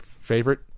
favorite